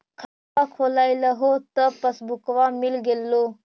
खतवा खोलैलहो तव पसबुकवा मिल गेलो?